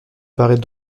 parait